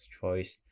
choice